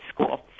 school